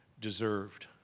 deserved